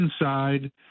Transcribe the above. inside